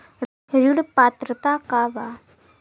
ऋण पात्रता का बा?